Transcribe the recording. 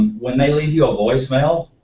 when they leave you a voicemail,